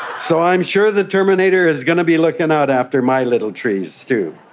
so i'm sure the terminator is going to be looking out after my little trees too.